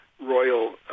royal